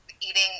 eating